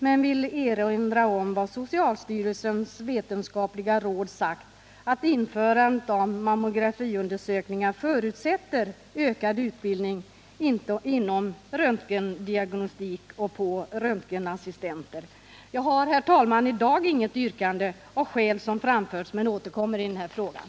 Men jag vill erinra om vad socialstyrelsens vetenskapliga råd sagt, nämligen att införandet av mammografiundersökningar förutsätter ökad utbildning inom röntgendiagnostik och för röntgenassistenter. Herr talman! I dag har jag inget yrkande av skäl som anförts, men jag återkommer i frågan.